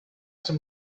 some